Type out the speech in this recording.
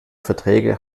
verträge